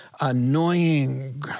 annoying